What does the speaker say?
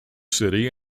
city